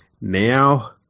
now